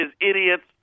idiots